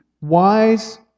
wise